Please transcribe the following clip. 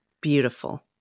beautiful